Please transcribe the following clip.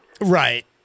Right